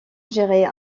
gérait